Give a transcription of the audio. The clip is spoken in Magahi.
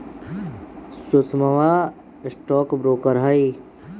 सुषमवा स्टॉक ब्रोकर हई